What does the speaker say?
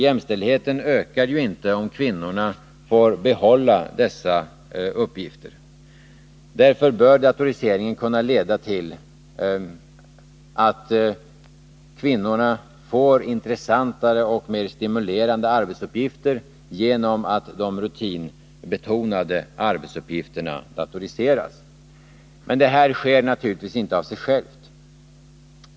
Jämställdheten ökar ju inte, om kvinnorna får behålla dessa uppgifter. Därför bör datoriseringen kunna leda till att kvinnor får intressantare och mer stimulerande arbetsuppgifter genom att de rutinbetonade arbetsuppgifterna datoriseras. Men detta sker naturligtvis inte av sig självt.